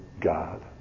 God